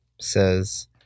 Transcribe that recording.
says